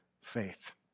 faith